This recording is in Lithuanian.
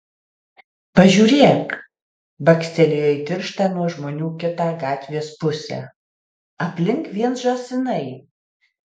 pažiūrėk bakstelėjo į tirštą nuo žmonių kitą gatvės pusę aplink vien žąsinai